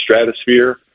stratosphere